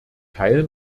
teil